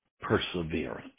perseverance